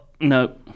No